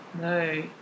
No